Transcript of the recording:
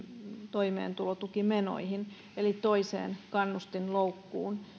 toimeentulotukimenoihin eli toiseen kannustinloukkuun